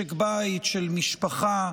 משק בית, של משפחה,